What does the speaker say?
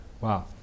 Wow